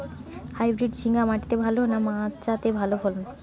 Hybrid ঝিঙ্গা মাটিতে ভালো না মাচাতে ভালো ফলন?